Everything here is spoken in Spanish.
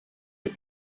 del